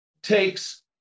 takes